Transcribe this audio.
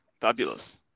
Fabulous